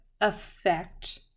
affect